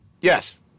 yes